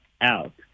out